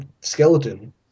skeleton